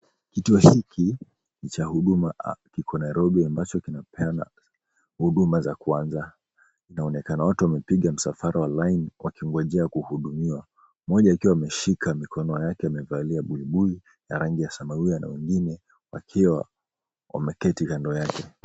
Kituo hiki cha huduma kiko Nairobi ambacho kinapeana huduma za kwanza, inaonekana watu wamepiga msafara wa lini wakingonjea kuhudumiwa. Moja akiwa ameshika mikono yake amevalia buibui ya rangi ya samawia na wengine wakiwa wameketi kando yake.